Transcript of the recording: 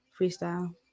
freestyle